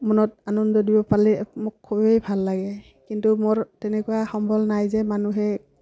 মনত আনন্দ দিব পালে মোৰ খুবেই ভাল লাগে কিন্তু মোৰ তেনেকুৱা সম্বল নাই যে মানুহে